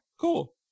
cool